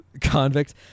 convict